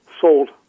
sold